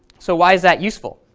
so why is that useful?